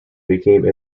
became